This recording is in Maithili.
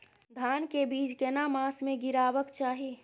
धान के बीज केना मास में गीराबक चाही?